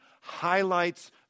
highlights